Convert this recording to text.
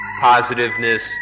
positiveness